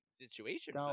situation